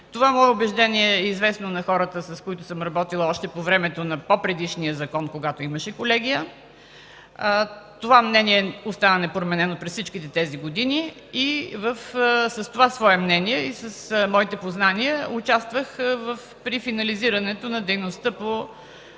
Това мое убеждение е известно на хората, с които съм работила още по времето на по-предишния закон, когато имаше колегия. Това ми мнение остана непроменено през всичките тези години. С това си мнение и с моите познания участвах при финализирането на дейността по